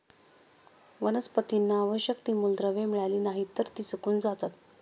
वनस्पतींना आवश्यक ती मूलद्रव्ये मिळाली नाहीत, तर ती सुकून जातात